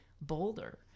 bolder